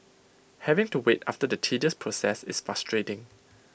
having to wait after the tedious process is frustrating